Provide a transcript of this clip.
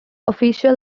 official